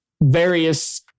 various